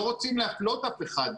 אנחנו לא מנסים להפלות אף אחד.